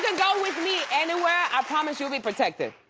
can go with me anywhere. i promise you'll be protected.